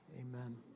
amen